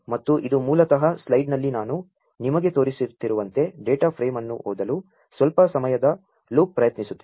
ಮತ್ತು ಇದು ಮೂ ಲತಃ ಸ್ಲೈ ಡ್ನಲ್ಲಿ ನಾ ನು ನಿಮಗೆ ತೋ ರಿಸು ತ್ತಿರು ವಂ ತೆ ಡೇ ಟಾ ಫ್ರೇ ಮ್ ಅನ್ನು ಓದಲು ಸ್ವಲ್ಪ ಸಮಯದ ಲೂ ಪ್ ಪ್ರಯತ್ನಿಸು ತ್ತಿದೆ